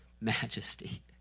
majesty